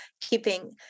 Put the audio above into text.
keeping